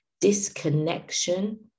disconnection